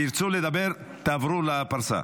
תרצו לדבר, תעברו לפרסה.